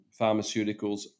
pharmaceuticals